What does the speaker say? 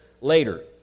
later